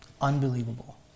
Unbelievable